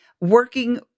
working